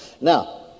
now